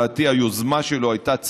לדעתי, היוזמה שלו הייתה צה"לית.